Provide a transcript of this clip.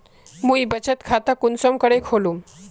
मुई बचत खता कुंसम करे खोलुम?